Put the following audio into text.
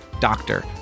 doctor